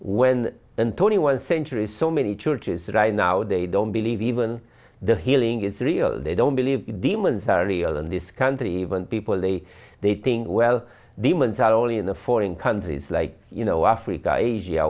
when and twenty one century so many churches right now they don't believe even the healing is real they don't believe demons are real in this country even people they dating well demons are only in the foreign countries like you know africa asia